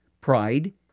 Pride